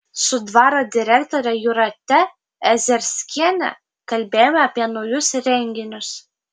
su dvaro direktore jūrate ezerskiene kalbėjome apie naujus renginius